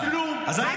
מיקי לוי,